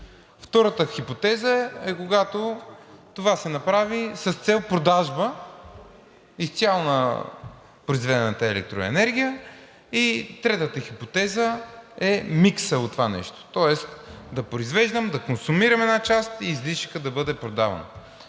Втората хипотеза е когато това се направи с цел продажба изцяло на произведената електроенергия. И третата хипотеза е миксът от това нещо, тоест да произвеждам, да консумирам една част и излишъкът да бъде продаван.